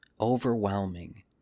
overwhelming